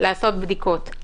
לעשות בדיקות,